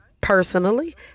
personally